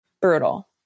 Brutal